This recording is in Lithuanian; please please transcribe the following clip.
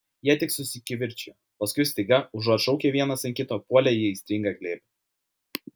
jie tik susikivirčijo paskui staiga užuot šaukę vienas ant kito puolė į aistringą glėbį